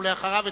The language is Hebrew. ואחריו,